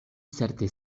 certe